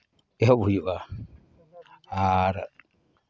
ᱮᱦᱚᱵ ᱦᱩᱭᱩᱜᱼᱟ ᱟᱨ